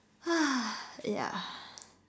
yeah